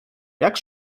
jak